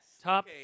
Top